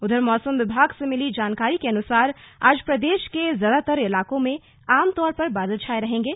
उधर मौसम विभाग से मिली जानकारी के अनुसार आज प्रदेश के ज़्यादातर इलाकों में आमतौर पर बादल छाए रहेंगे